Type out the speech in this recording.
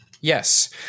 Yes